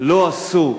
לא עשו,